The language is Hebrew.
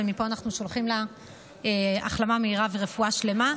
ומפה אנחנו שולחים לה החלמה מהירה ורפואה שלמה,